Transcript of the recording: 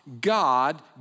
God